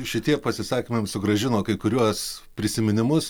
šitie pasisakymai jum sugrąžino kai kuriuos prisiminimus